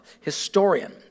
historian